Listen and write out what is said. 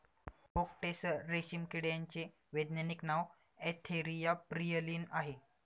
okay tasar रेशीम किड्याचे वैज्ञानिक नाव अँथेरिया प्रियलीन आहे